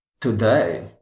Today